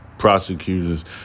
Prosecutors